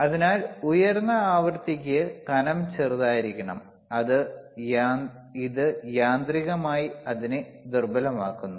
അതിനാൽ ഉയർന്ന ആവൃത്തിക്ക് കനം ചെറുതായിരിക്കണം ഇത് യാന്ത്രികമായി അതിനെ ദുർബലമാക്കുന്നു